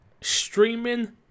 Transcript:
streaming